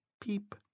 Peep